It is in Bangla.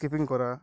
কিপিং করা